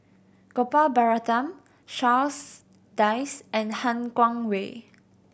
Gopal Baratham Charles Dyce and Han Guangwei